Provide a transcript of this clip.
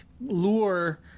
lure